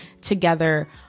together